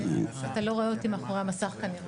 אתה לא רואה אותי מאחורי המסך כנראה.